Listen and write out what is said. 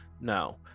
No